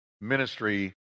ministry